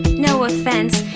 no offense,